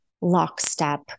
lockstep